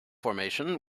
formation